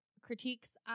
critiques